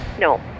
No